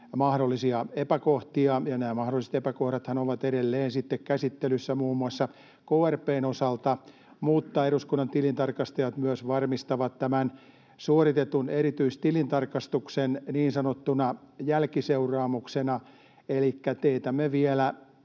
mahdollisia epäkohtia. Nämä mahdolliset epäkohdathan ovat edelleen käsittelyssä muun muassa krp:n osalta, mutta eduskunnan tilintarkastajat myös varmistavat tämän suoritetun erityistilintarkastuksen niin sanottuna jälkiseuraamuksena elikkä teetämme vielä